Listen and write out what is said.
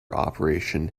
operation